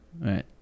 Right